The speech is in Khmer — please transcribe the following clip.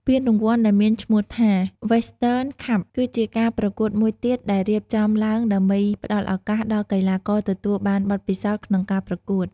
ពានរង្វាន់ ដែលមានឈ្មោះថា វេស្ទឺន ខាប់ គឺជាការប្រកួតមួយទៀតដែលរៀបចំឡើងដើម្បីផ្ដល់ឱកាសដល់កីឡាករទទួលបានបទពិសោធន៍ក្នុងការប្រកួត។